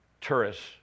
tourists